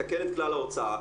נתקן את כלל ההוצאה.